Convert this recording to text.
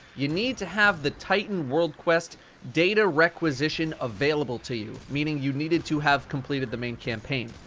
you need to have the titan world quest data acquisition available to you, meaning you needed to have completed the main campaign.